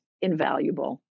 invaluable